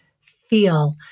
feel